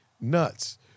Nuts